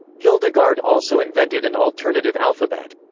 hildegard also invented an alternative alphabet.